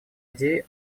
идеи